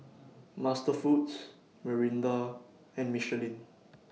MasterFoods Mirinda and Michelin